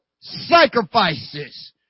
sacrifices